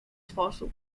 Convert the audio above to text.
sposób